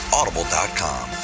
Audible.com